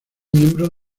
miembro